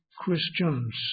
Christians